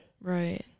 Right